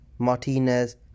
Martinez